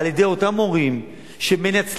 על-ידי אותם הורים שמנצלים